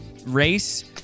race